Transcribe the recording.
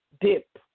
dip